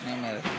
שאני אומרת.